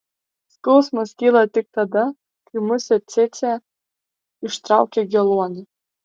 skausmas kyla tik tada kai musė cėcė ištraukia geluonį